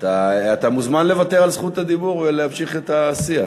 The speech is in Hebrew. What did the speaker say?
אתה מוזמן לוותר על זכות הדיבור ולהמשיך את השיח.